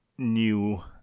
new